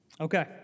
Okay